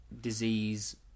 disease